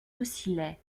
oscillait